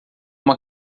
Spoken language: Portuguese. uma